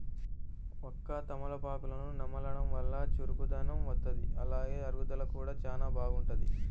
వక్క, తమలపాకులను నమలడం వల్ల చురుకుదనం వత్తది, అలానే అరుగుదల కూడా చానా బాగుంటది